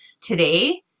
today